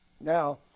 Now